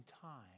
time